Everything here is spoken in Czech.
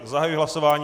Zahajuji hlasování.